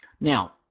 now –